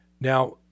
Now